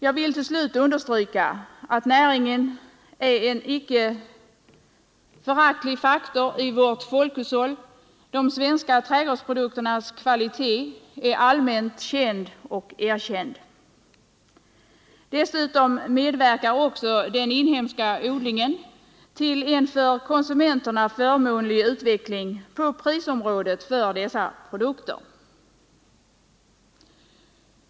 Jag vill också understryka att näringen är en icke föraktlig faktor i vårt folkhushåll. De svenska trädgårdsprodukternas kvalitet är allmänt känd och erkänd. Dessutom medverkar den inhemska odlingen till en för konsumenterna förmånlig prisutveckling för dessa produkter.